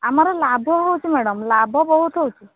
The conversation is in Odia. ଆମର ଲାଭ ହେଉଛି ମ୍ୟାଡମ ଲାଭ ବହୁତ ହେଉଛି